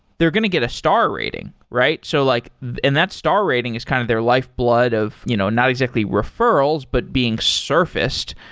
they're going to get a star rating, right? so like and that star rating is kind of their lifeblood of you know not exactly referrals, but being surfaced.